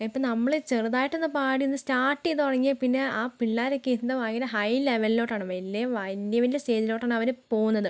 ഇപ്പോൾ നമ്മൾ ചെറുതായിട്ട് ഒന്ന് പാടി ഒന്ന് സ്റ്റാർട്ട് ചെയ്തു തുടങ്ങിയാൽ പിന്നെ ആ പിള്ളേരൊക്കെ ഇരുന്നു ഭയങ്കര ഹൈ ലെവെലിലോട്ടാണ് വലിയ വലിയ സ്റ്റേജിലോട്ടാണ് അവർ പോകുന്നത്